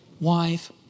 wife